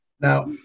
Now